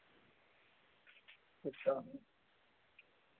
अच्छा